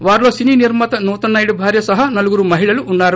వారిలో సినీ నిర్మాత నూతన్నాయుడి భార్య సహా నలుగురు మహిళలు ఉన్నారు